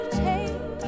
take